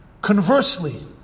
Conversely